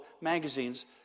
magazines